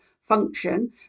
function